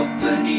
Open